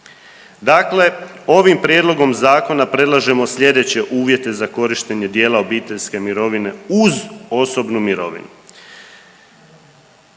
Dakle, ovim prijedlogom zakona predlažemo sljedeće uvjete za korištenje dijela obiteljske mirovine uz osobnu mirovinu.